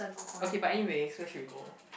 okay but anyway so where should we go